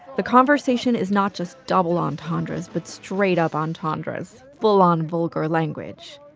the conversation is not just double entendres but straight-up entendres, full-on vulgar language.